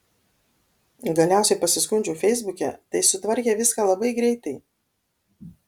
galiausiai pasiskundžiau feisbuke tai sutvarkė viską labai greitai